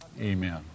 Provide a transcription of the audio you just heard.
Amen